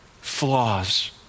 flaws